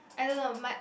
I don't know might